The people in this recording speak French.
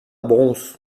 broons